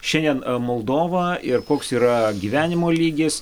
šiandien moldova ir koks yra gyvenimo lygis